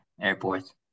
airport